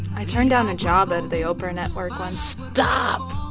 i turned down a job at the oprah network once stop.